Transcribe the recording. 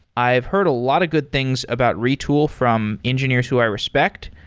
i've heard a lot of good things about retool from engineers who i respect.